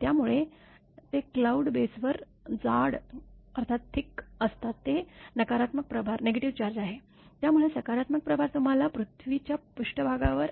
त्यामुळे ते क्लाउड बेसवर जाड असतात ते नकारात्मक प्रभार आहे त्यामुळे सकारात्मक प्रभार तुम्हाला पृथ्वीच्या पृष्ठभागावर